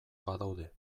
badaude